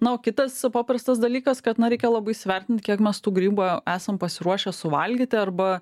na o kitas paprastas dalykas kad na reikia labai įsivertint kiek mes tų grybų esam pasiruošę suvalgyti arba